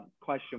question